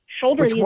shoulder